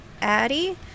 Addie